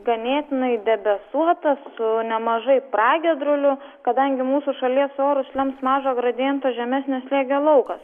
ganėtinai debesuota su nemažai pragiedrulių kadangi mūsų šalies orus lems mažo gradiento žemesnio slėgio laukas